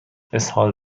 اسهال